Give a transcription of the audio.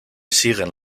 siguen